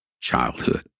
childhood